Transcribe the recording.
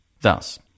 Thus